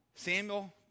Samuel